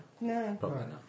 No